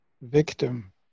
victim